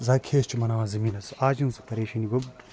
زرخیز چھُ بناوان زٔمیٖنس آز چھُنہٕ سَہ پریشٲنی وب